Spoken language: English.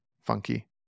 funky